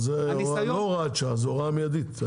זאת לא הוראת שעה, זאת הוראה מיידית.